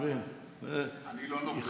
אני לא נורבגי,